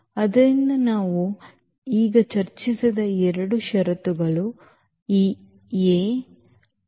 ಆದ್ದರಿಂದ ನಾವು ಈಗ ಚರ್ಚಿಸಿದ ಈ 2 ಷರತ್ತುಗಳು ಈ ಎ ಮತ್ತು